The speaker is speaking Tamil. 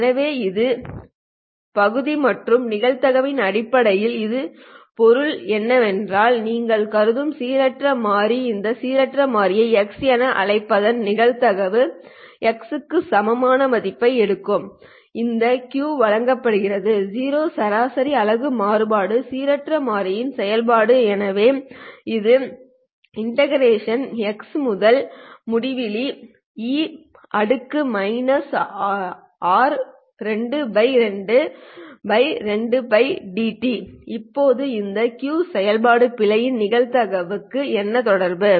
எனவே இது பகுதி பகுதி மற்றும் நிகழ்தகவின் அடிப்படையில் இதன் பொருள் என்னவென்றால் நீங்கள் கருதிய சீரற்ற மாறி இந்த சீரற்ற மாறியை x என அழைப்பதன் நிகழ்தகவு x க்கு சமமான மதிப்பை எடுக்கும் இந்த Q வழங்கப்படுகிறது 0 சராசரி அலகு மாறுபாடு சீரற்ற மாறியின் செயல்பாடு எனவே இது xe t222πdt இப்போது இந்த Q செயல்பாட்டின் பிழையின் நிகழ்தகவுக்கு என்ன தொடர்பு